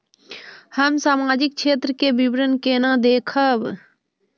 हम सामाजिक क्षेत्र के विवरण केना देखब?